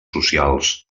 socials